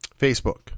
Facebook